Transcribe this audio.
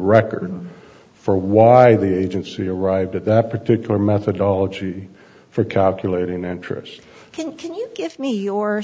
record for why the agency arrived at that particular methodology for calculating interest can you give me your